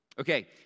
Okay